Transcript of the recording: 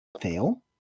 Fail